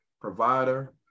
provider